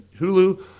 Hulu